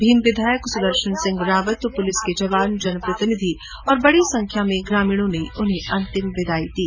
भीम विधायक सुदर्शनसिंह रावत पुलिस के जवान जनप्रतिनिधि सहित बड़ी संख्या में ग्रामीणों ने उन्हें अंतिम विदाई दी